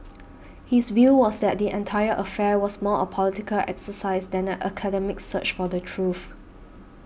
his view was that the entire affair was more a political exercise than an academic search for the truth